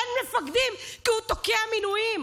אין מפקדים כי הוא תוקע מינויים,